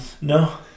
No